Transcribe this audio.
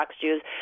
Jews